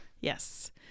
Yes